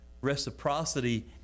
reciprocity